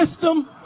system